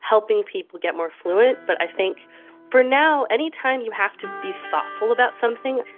helping people get more fluent, but i think for now any time you have to be thoughtful about something,